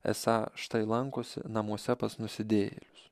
esą štai lankosi namuose pas nusidėjėlius